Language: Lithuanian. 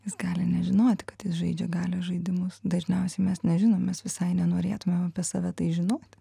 jis gali nežinoti kad jis žaidžia galios žaidimus dažniausiai mes nežinom visai nenorėtumėm apie save tai žinot